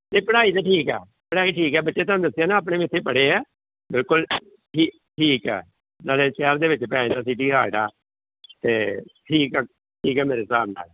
ਅਤੇ ਪੜ੍ਹਾਈ ਤਾਂ ਠੀਕ ਆ ਪੜ੍ਹਾਈ ਠੀਕ ਆ ਬੱਚੇ ਤੁਹਾਨੂੰ ਦੱਸਿਆ ਨਾ ਆਪਣੇ ਵੀ ਉੱਥੇ ਪੜ੍ਹੇ ਆ ਬਿਲਕੁਲ ਠੀ ਠੀਕ ਆ ਨਾਲੇ ਸ਼ਹਿਰ ਦੇ ਵਿੱਚ ਪੈ ਜਾਂਦਾ ਅਤੇ ਠੀਕ ਆ ਠੀਕ ਆ ਮੇਰੇ ਹਿਸਾਬ ਨਾਲ